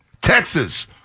Texas